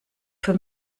für